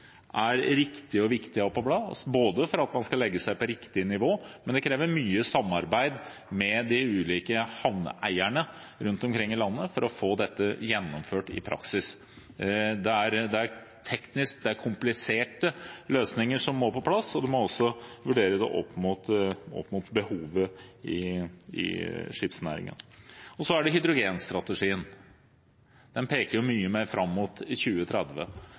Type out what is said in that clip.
er riktig og viktig å få på plass for at man skal få lagt seg på riktig nivå. Det kreves mye samarbeid med de ulike havneeierne rundt omkring i landet for å få dette gjennomført i praksis. Det er tekniske og kompliserte løsninger som må på plass, og det må også vurderes opp mot behovet i skipsnæringen. Så er det hydrogenstrategien. Den peker mye mer fram mot 2030,